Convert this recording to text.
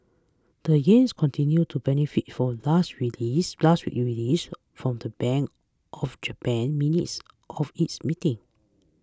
the yen's continues to benefit from last week's release last week's release from the Bank of Japan's minutes of its meeting